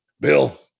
bill